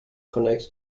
connects